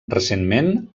recentment